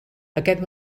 aquest